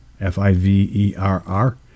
f-i-v-e-r-r